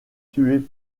tuer